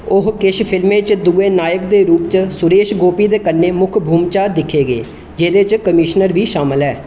ओह् किश फिल्में च दुए नायक दे रूप च सुरेश गोपी दे कन्नै मुक्ख भूमका दिक्खे गे जेह्दे च कमिश्नर बी शामल ऐ